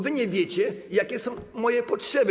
Wy nie wiecie, jakie są moje potrzeby.